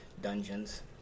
Dungeons